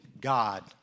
God